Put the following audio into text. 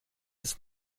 ist